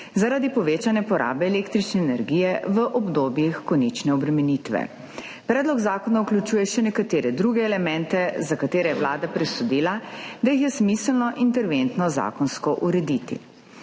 zaradi povečane porabe električne energije v obdobjih konične obremenitve. Predlog zakona vključuje še nekatere druge elemente, za katere je Vlada presodila, da jih je smiselno interventno zakonsko urediti.